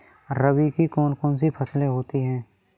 रबी की कौन कौन सी फसलें होती हैं?